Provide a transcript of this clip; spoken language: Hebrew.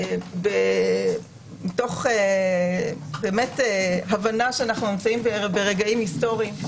מתוך הבנה שאנו נמצאים ברגעים היסטוריים,